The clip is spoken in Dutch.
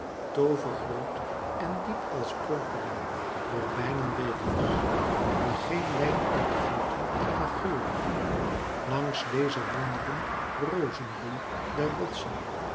toovergroot en diep als purperen robijnen bekers die geen wijn uit goten maar geur langs dezen wonderen rozenbloei der rotsen